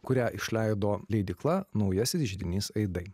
kurią išleido leidykla naujasis židinys aidai